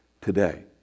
today